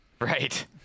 right